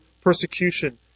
persecution